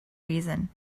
reason